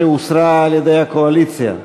16 הוסרה על-ידי הקואליציה,